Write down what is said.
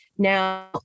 Now